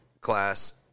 class